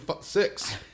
six